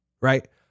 right